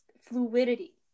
fluidity